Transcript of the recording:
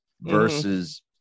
versus